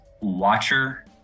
Watcher